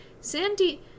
Sandy